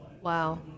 Wow